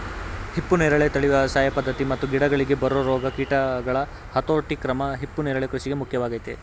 ಹಿಪ್ಪುನೇರಳೆ ತಳಿ ವ್ಯವಸಾಯ ಪದ್ಧತಿ ಮತ್ತು ಗಿಡಗಳಿಗೆ ಬರೊ ರೋಗ ಕೀಟಗಳ ಹತೋಟಿಕ್ರಮ ಹಿಪ್ಪುನರಳೆ ಕೃಷಿಗೆ ಮುಖ್ಯವಾಗಯ್ತೆ